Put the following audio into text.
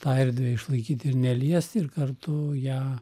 tą erdvę išlaikyti ir neliesti ir kartu ją